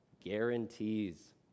guarantees